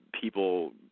people